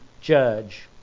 judge